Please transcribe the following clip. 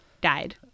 died